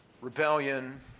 rebellion